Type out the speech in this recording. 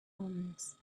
omens